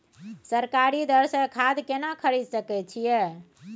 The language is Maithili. सरकारी दर से खाद केना खरीद सकै छिये?